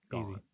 Easy